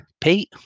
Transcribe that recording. Pete